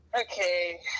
Okay